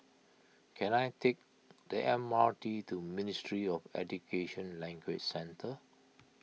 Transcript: can I take the M R T to Ministry of Education Language Centre